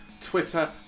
twitter